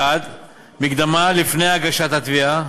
1. מקדמה לפני הגשת התביעה,